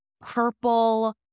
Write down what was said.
purple